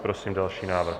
Prosím další návrh.